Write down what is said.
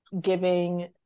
giving